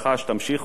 שתמשיכו,